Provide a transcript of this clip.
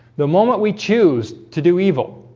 the moment we choose to do evil